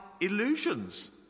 illusions